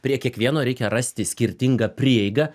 prie kiekvieno reikia rasti skirtingą prieigą